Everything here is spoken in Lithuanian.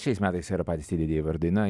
šiais metais yra patys tie didieji vardai na